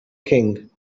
king